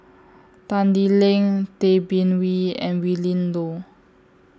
Tan Lee Leng Tay Bin Wee and Willin Low